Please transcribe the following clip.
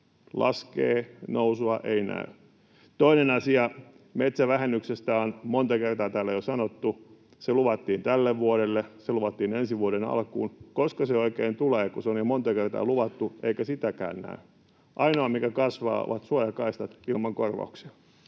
Laskee, nousua ei näy. Toinen asia: Metsävähennyksestä on monta kertaa täällä jo sanottu. Se luvattiin tälle vuodelle, se luvattiin ensi vuoden alkuun. Koska se oikein tulee, kun se on jo monta kertaa luvattu eikä sitäkään näy? Ainoa, mikä kasvaa, ovat suojakaistat ilman korvauksia.